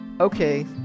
Okay